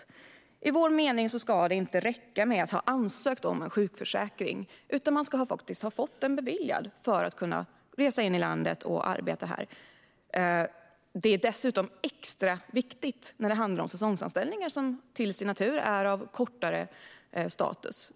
Enligt vår mening ska det inte räcka med att ha ansökt om en sjukförsäkring, utan man ska ha fått den beviljad för att kunna resa in i landet och arbeta här. Det är dessutom extra viktigt när det handlar om säsongsanställningar, som till sin natur har en kortare status.